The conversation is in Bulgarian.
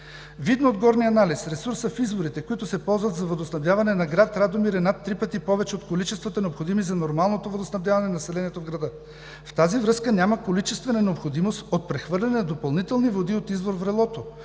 Видно от горния анализ, ресурсът в изворите, които се ползват за водоснабдяване на град Радомир, е над три пъти повече от количествата, необходими за нормалното водоснабдяване на населението в града. Във връзка с това няма количествена необходимост от прехвърляне на допълнителни води от извор „Врелото“